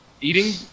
eating